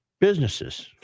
businesses